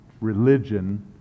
religion